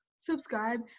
Subscribe